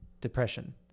Depression